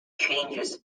changes